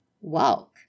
Walk